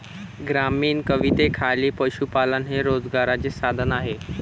ग्रामीण कवितेखाली पशुपालन हे रोजगाराचे साधन आहे